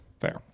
fair